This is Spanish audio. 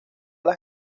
las